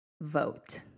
Vote